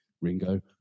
Ringo